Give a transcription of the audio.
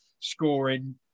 scoring